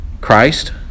Christ